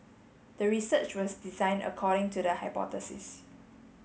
the research was designed according to the hypothesis